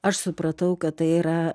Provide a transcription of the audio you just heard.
aš supratau kad tai yra